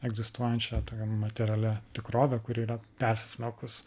egzistuojančia tokia materialia tikrove kuri yra persismelkus